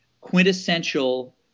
quintessential